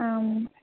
आम्